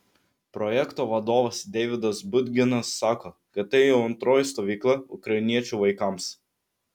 projekto vadovas deividas budginas sako kad tai jau antroji stovykla ukrainiečių vaikams